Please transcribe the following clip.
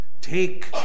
Take